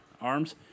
arms